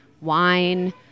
wine